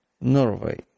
Norway